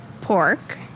Pork